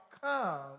come